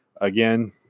Again